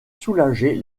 soulager